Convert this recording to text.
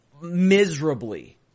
miserably